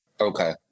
Okay